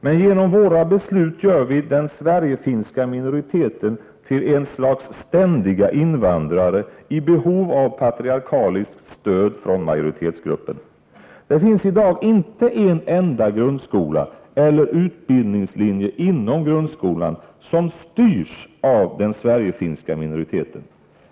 Men genom våra beslut gör vi den Sverigefinska minoriteten till ett slags ständiga invandrare i behov av patriarkaliskt stöd från majoritetsgruppen. Det finns i dag inte en enda grundskola eller utbildningslinje inom grundskolan som styrs av den Sverigefinska minorite ten.